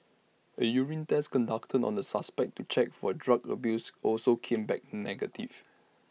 A urine test conducted on the suspect to check for drug abuse also came back negative